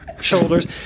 shoulders